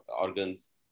organs